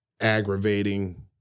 aggravating